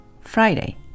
Friday